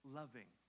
loving